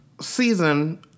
season